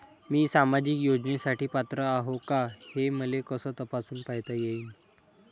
मी सामाजिक योजनेसाठी पात्र आहो का, हे मले कस तपासून पायता येईन?